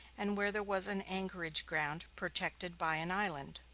and where there was an anchorage ground protected by an island.